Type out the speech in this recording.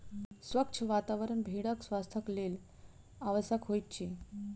स्वच्छ वातावरण भेड़क स्वास्थ्यक लेल आवश्यक होइत अछि